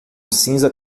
cinza